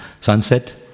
sunset